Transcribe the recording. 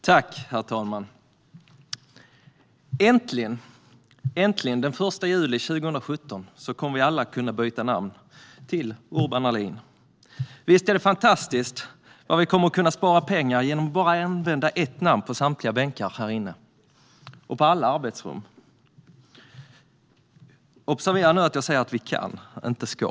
Herr talman! Äntligen! Den 1 juli 2017 kommer vi alla att kunna byta namn till Urban Ahlin. Visst är det fantastiskt vad vi kommer att kunna spara pengar genom att använda ett och samma namn på samtliga bänkar här inne och på alla arbetsrum. Observera att jag säger "kan" inte "ska".